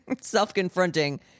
Self-confronting